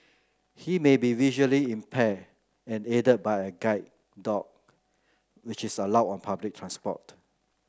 he may be visually impaired and aided by a guide dog which is allowed on public transport